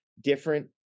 different